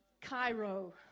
Cairo